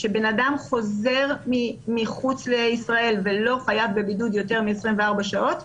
כשבן אדם חוזר מחוץ לישראל ולא חייב בבידוד יותר מ-24 שעות,